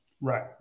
Right